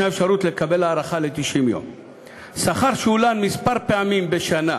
נוצר מצב ששכר מולן שטרם שולם,